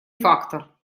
фактор